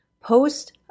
Post